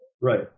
Right